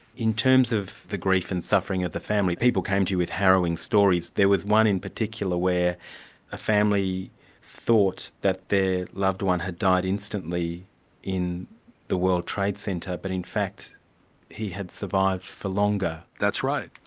in terms of the grief and suffering of the family, people came to you with harrowing stories. there was one in particular where a family thought that their loved one had died instantly in the world trade center, but in fact he had survived for longer. that's right.